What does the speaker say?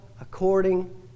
according